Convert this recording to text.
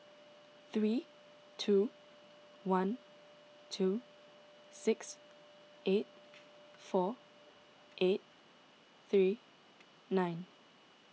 three two one two six eight four eight three nine